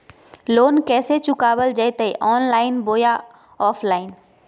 Loan कैसे चुकाबल जयते ऑनलाइन बोया ऑफलाइन?